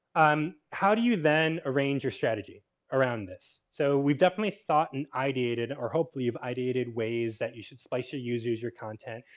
um how do you then arrange your strategy around this? so, we've definitely thought and ideated or hopefully you've ideated ways that you should slice your users, your content,